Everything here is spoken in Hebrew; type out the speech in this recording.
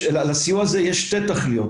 לסיוע הזה יש שתי תכליות,